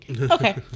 Okay